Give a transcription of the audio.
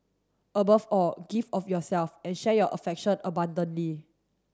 above all give of yourself and share your affection abundantly